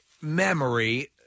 memory